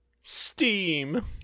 Steam